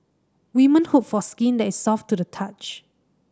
women hope for skin that is soft to the touch